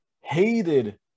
hated